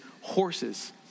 horses